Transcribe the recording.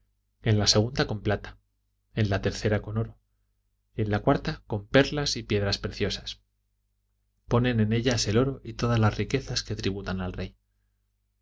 en la segunda con plata en la tercera con oro y en la cuarta con perlas y piedras preciosas ponen en ellas el oro y todas las riquezas que tributan al rey